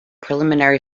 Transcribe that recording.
preliminary